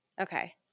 Okay